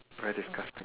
very disgusting